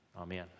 Amen